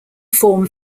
form